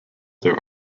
there